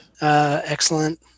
Excellent